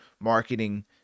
marketing